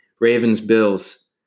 Ravens-Bills